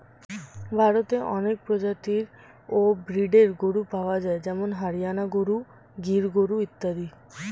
ভারতে অনেক প্রজাতি ও ব্রীডের গরু পাওয়া যায় যেমন হরিয়ানা গরু, গির গরু ইত্যাদি